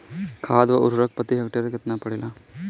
खाध व उर्वरक प्रति हेक्टेयर केतना पड़ेला?